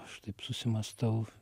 aš taip susimąstau